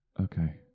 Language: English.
Okay